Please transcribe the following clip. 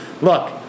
look